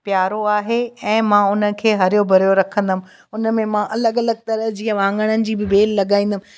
प्यारो आहे ऐं मां उन खे हरियो भरियो रखंदमि उन में मां अलॻि अलॻि तरह जीअं वाङणनि जी बि बेल लॻाईंदमि